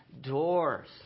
doors